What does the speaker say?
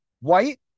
White